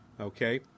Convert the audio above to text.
Okay